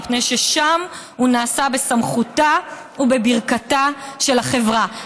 מפני ששם הוא נעשה בסמכותה ובברכתה של החברה.